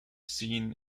seen